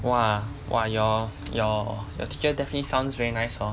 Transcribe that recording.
!wah! !wah! your your your teacher definitely sounds very nice hor